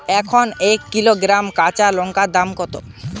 এখন এক কিলোগ্রাম কাঁচা লঙ্কার দাম কত?